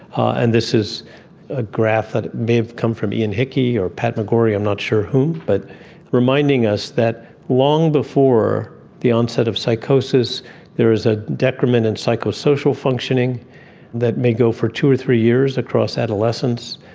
and this is a graph that may have come from ian hickie or pat mcgorry, i'm not sure who, but reminding us that long before the onset of psychosis there is a detriment in psychosocial functioning that may go for two or three years across adolescence.